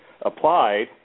applied